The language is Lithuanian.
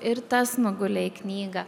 ir tas nugulė į knygą